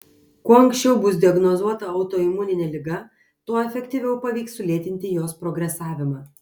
kuo anksčiau bus diagnozuota autoimuninė liga tuo efektyviau pavyks sulėtinti jos progresavimą